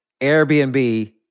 Airbnb